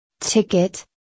ticket